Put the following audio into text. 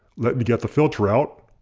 let me get the filter out.